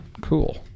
Cool